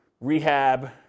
rehab